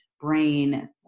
brain